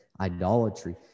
idolatry